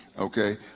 Okay